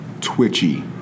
twitchy